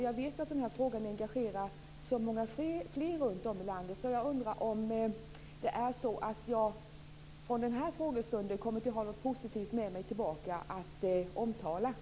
Jag vet ju att den här frågan engagerar så många fler runtom landet. Jag undrar om jag kommer att ha något positivt med mig tillbaka från den här frågestunden.